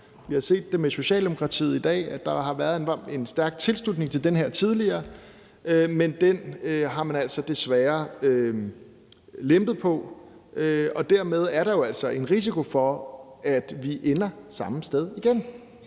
Vi har set det med Socialdemokratiet i dag; der har været en stærk tilslutning til det her tidligere, men den har man altså desværre lempet på. Dermed er der jo altså en risiko for, at vi ender samme sted igen,